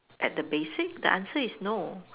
at the basic the answer is no